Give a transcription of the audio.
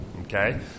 Okay